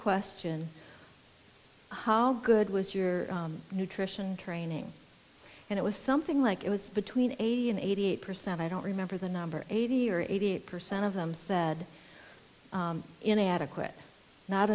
question how good was your nutrition training and it was something like it was between eighty and eighty eight percent i don't remember the number eighty or eighty eight percent of them said in adequate not